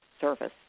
service